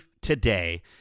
today